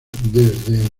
desde